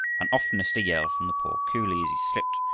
and oftenest a yell from the poor coolie, as he slipped,